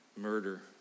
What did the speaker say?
Murder